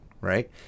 right